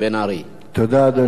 אדוני היושב-ראש,